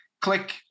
click